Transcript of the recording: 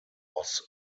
was